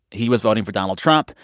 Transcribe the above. he was voting for donald trump.